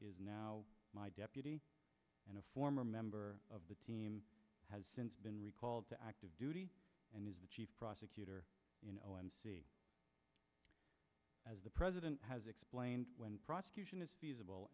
is now my deputy and a former member of the team has since been recalled to active duty and is the chief prosecutor you know and see as the president has explained when prosecution is feasible